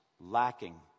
lacking